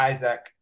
Isaac